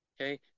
okay